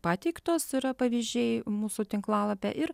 pateiktos yra pavyzdžiai mūsų tinklalapyje ir